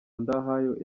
ndahayo